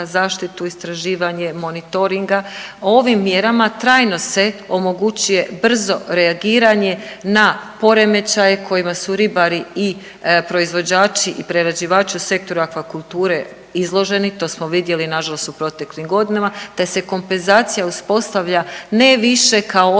zaštitu istraživanje, monitoringa, ovim mjerama trajno se omogućuje brzo reagiranje na poremećaje kojima su ribari i proizvođači i prerađivači u sektoru akvakulture izloženi, to smo vidjeli nažalost u proteklim godinama te se kompenzacija uspostavlja ne više kao odgovor